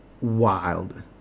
wild